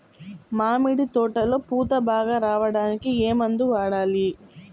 మామిడి తోటలో పూత బాగా రావడానికి ఏ మందు వాడాలి?